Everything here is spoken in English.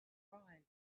surprised